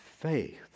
faith